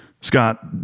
Scott